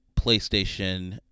playstation